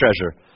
treasure